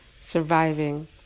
surviving